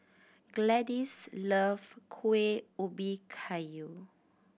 Gladyce love Kueh Ubi Kayu